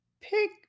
Pick